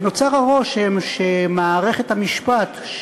נוצר הרושם שמערכת המשפט,